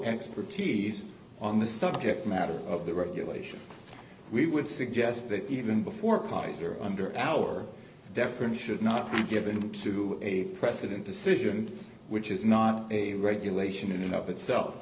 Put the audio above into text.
expertise on the subject matter of the regulation we would suggest that even before college or under our deference should not be given to a precedent decision which is not a regulation in and of itself